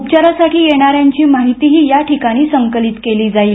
उपचारासाठी येणाऱ्यांची माहितीही याठिकाणी संकलित केली जाईल